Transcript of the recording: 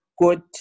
good